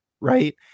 right